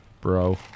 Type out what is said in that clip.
bro